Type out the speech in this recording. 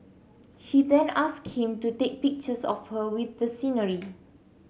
she then asked him to take pictures of her with the scenery